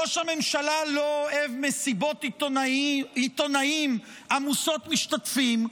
ראש הממשלה לא אוהב מסיבות עיתונאים עמוסות משתתפים,